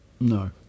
No